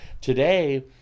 today